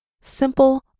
simple